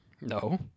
No